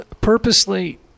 purposely